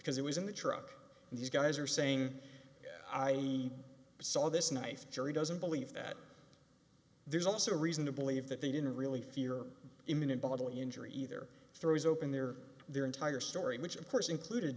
because it was in the truck and these guys are saying i saw this knife jury doesn't believe that there's also reason to believe that they didn't really fear imminent bodily injury either throws open their their entire story which of course included